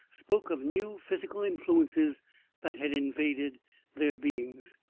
spoke of new physical influences that had invaded their beings.